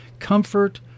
Comfort